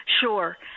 Sure